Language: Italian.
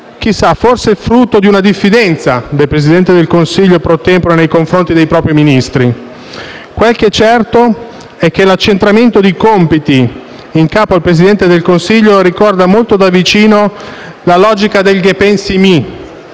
chissà, forse frutto di una diffidenza del Presidente del consiglio *pro tempore* nei confronti dei propri Ministri. Quel che è certo è che l'accentramento dei compiti in capo al Presidente del Consiglio ricorda molto da vicino la logica del «*ghe pensi mi*»